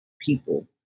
people